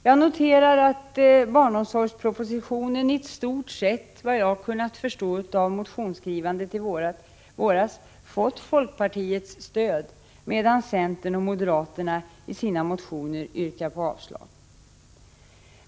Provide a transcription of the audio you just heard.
Jag noterar att barnomsorgspropositionen i stort sett — efter vad jag kunnat förstå av motionsskrivandet i våras — fått folkpartiets stöd, medan centern och moderaterna i sina motioner yrkar på avslag.